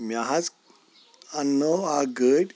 مےٚ حض اَنٛنٲو اَکھ گر